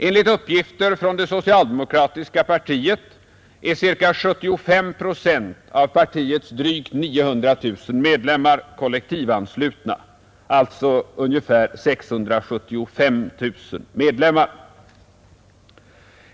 Enligt uppgifter från det socialdemokratiska partiet är ca 75 procent av partiets drygt 900 000 medlemmar kollektivanslutna, alltså ungefär 675 000 medlemmar.